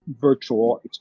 virtual